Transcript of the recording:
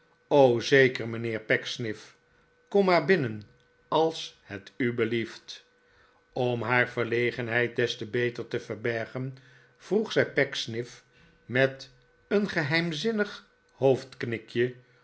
zeker mijnheer pecksniff kom maar binnen als het u belieft om haar verlegenheid des te beter te verbergen vroeg zij pecksniff met een geheimzinnig